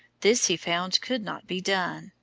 this he found could not be done,